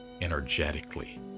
energetically